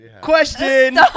Question